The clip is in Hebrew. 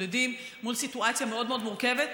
מתמודדים מול סיטואציה מאוד מאוד מורכבת.